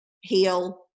heal